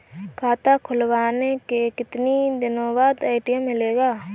खाता खुलवाने के कितनी दिनो बाद ए.टी.एम मिलेगा?